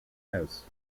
house